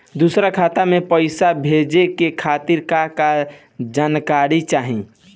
दूसर खाता में पईसा भेजे के खातिर का का जानकारी चाहि?